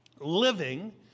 living